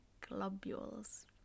globules